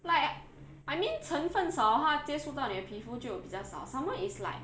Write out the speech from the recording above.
like I mean 成分少它接触到你的皮肤就比较少 some more is like